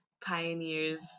Pioneers